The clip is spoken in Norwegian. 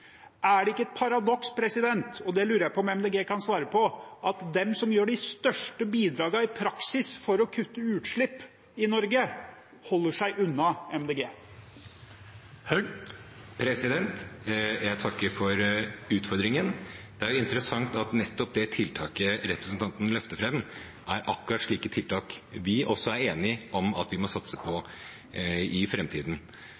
på dette: Er det ikke et paradoks at de som i praksis gir de største bidragene for å kutte utslipp i Norge, holder seg unna Miljøpartiet De Grønne? Jeg takker for utfordringen. Det er interessant at nettopp det tiltaket representanten Sandtrøen løfter fram, er akkurat et slikt tiltak som vi er enig i at vi må satse